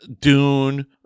Dune